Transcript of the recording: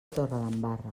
torredembarra